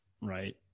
right